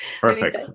Perfect